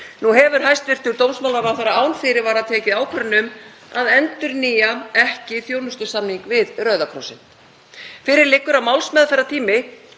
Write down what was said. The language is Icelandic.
Nú hefur hæstv. dómsmálaráðherra án fyrirvara tekið ákvörðun um að endurnýja ekki þjónustusamning við Rauða krossinn. Fyrir liggur að málsmeðferðartími